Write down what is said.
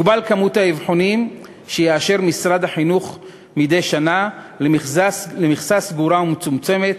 יוגבל מספר האבחונים שיאשר משרד החינוך מדי שנה למכסה סגורה ומצומצמת